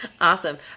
Awesome